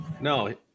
No